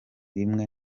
rimwe